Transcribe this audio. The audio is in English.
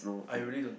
I really don't think